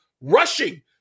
rushing